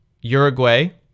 Uruguay